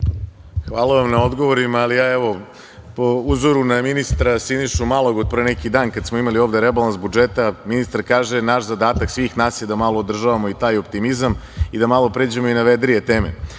Hvala vam na odgovorima, ali ja, evo, po uzoru na ministra Sinišu Malog od pre neki dan, kada smo imali ovde rebalans budžeta, ministar kaže – zadatak svih nas je da malo održavamo i taj optimizam i da malo pređemo i na vedrije teme.S